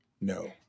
No